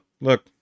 look